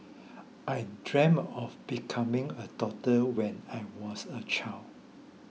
I dreamt of becoming a doctor when I was a child